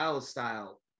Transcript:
style